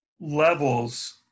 levels